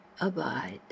abide